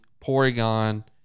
Porygon